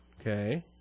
okay